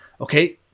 okay